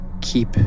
keep